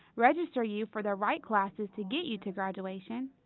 register you for the right classes to get you to graduation.